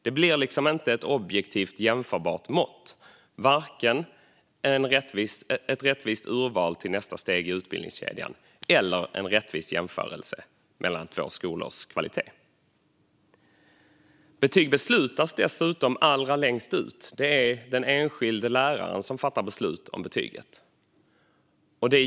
Det blir inte ett objektivt jämförbart mått - varken ett rättvist urval till nästa steg i utbildningskedjan eller en rättvis jämförelse mellan två skolors kvalitet. Betyg beslutas dessutom allra längst ut. Det är den enskilde läraren som fattar beslut om betyget.